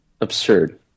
absurd